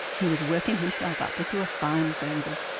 he was working himself up into a fine frenzy.